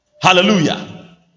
Hallelujah